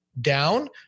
down